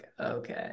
okay